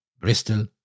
Bristol